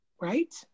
Right